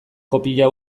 kopia